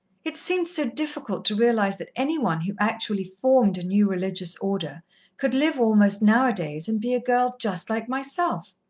it seemed so difficult to realize that any one who actually formed a new religious order could live almost now-a-days and be a girl just like myself.